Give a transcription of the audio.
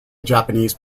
japanese